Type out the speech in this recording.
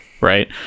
Right